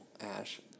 Ash